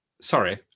sorry